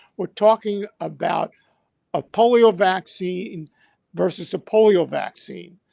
we're talking about a polio vaccine versus a polio vaccine.